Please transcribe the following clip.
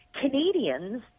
Canadians